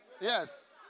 yes